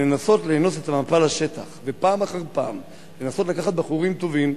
לנסות "לאנוס" את המפה לשטח ופעם אחר פעם לנסות לקחת בחורים טובים,